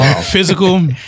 Physical